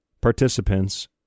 participants